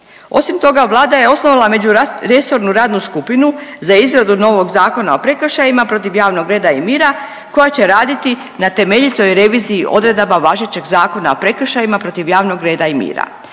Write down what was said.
Osim toga, Vlada je osnovala međuresornu radnu skupinu za izradu novog Zakona o prekršajima protiv javnog reda i mira koja će raditi na temeljitoj reviziji odredaba važećeg Zakona o prekršajima protiv javnog reda i mira.